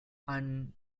and